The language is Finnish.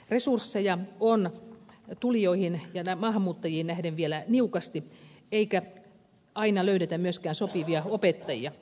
resursseja on tulijoihin ja maahanmuuttajiin nähden vielä niukasti eikä aina löydetä myöskään sopivia opettajia